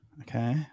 Okay